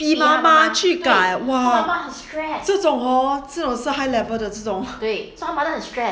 逼他们去改 !wow! 这种哦这种是 high level 的这种